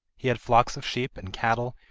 he had flocks of sheep, and cattle,